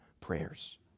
prayers